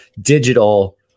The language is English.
digital